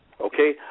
okay